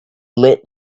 lit